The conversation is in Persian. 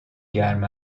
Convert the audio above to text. گرم